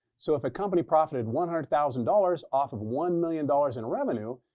so if a company profited one hundred thousand dollars off of one million dollars in revenue,